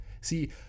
see